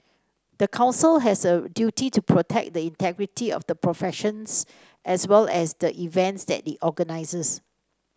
the Council has a duty to protect the integrity of the professions as well as the events that it organises